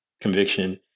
conviction